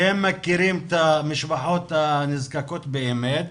שהם מכירים את המשפחות הנזקקות באמת.